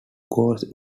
goals